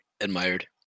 admired